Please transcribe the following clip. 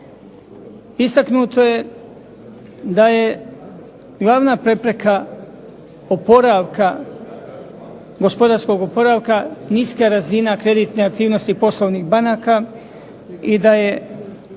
Istaknuto je da je glavna prepreka oporavka, gospodarskog oporavka niska razina kreditne aktivnosti poslovnih banaka, i da je